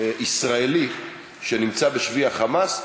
ישראלי שנמצא בשבי ה"חמאס"?